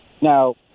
now